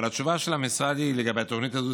אבל התשובה של המשרד לגבי התוכנית הזאת,